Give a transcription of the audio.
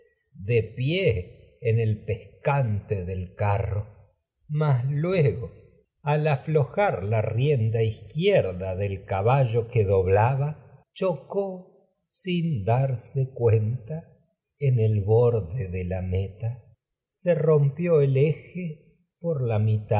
de pie en pescante del carro mas luego al aflojar la rienda iz quierda del caballo que doblaba chocó sin darse cuenta en el borde de la meta se rompió el eje y se por la'mitad las